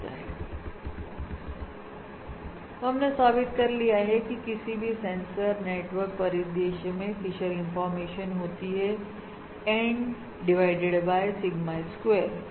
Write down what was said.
तो हमने साबित कर लिया है की किसी भी सेंसर नेटवर्क परिदृश्य में फिशर इंफॉर्मेशन होती है Nडिवाइडेड बाय सिगमा स्क्वेयर